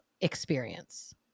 experience